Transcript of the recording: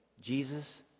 Jesus